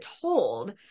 told